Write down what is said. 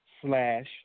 slash